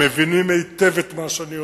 מבינים היטב את מה שאני אומר,